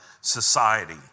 society